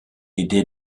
idee